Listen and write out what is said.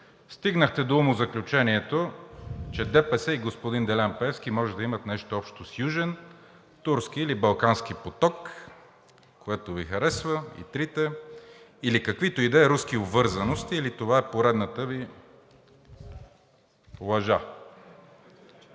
стигнахте до умозаключението, че ДПС и господин Делян Пеевски може да имат нещо общо с Южен, Турски или Балкански поток, което Ви харесва, и трите, или каквито и да е руски обвързаности, или това е поредната Ви лъжа?!